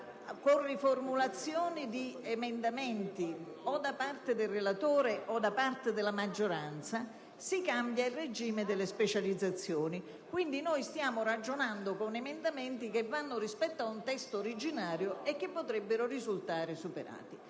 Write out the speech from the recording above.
con riformulazioni di emendamenti da parte del relatore o da parte della maggioranza si cambia il regime delle specializzazioni, significa che stiamo ragionando con emendamenti che si riferiscono al testo originario e che potrebbero risultare superati.